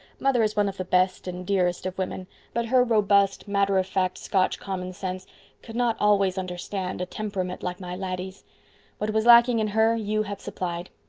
mother is one of the best and dearest of women but her robust, matter-of-fact scotch common sense could not always understand a temperament like my laddie's. what was lacking in her you have supplied.